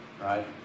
Right